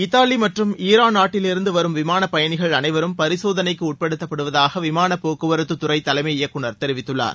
Italy மற்றும் Iran நாட்டிலிருந்து வரும் விமான பயணிகள் அனைவரும் பரிசோதனைக்கு உட்படுத்தப்படுவதாக விமானப் போக்குவரத்துத் துறை தலைமை இயக்குநர் தெரிவித்துள்ளார்